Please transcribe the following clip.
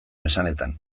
esanetan